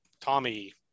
Tommy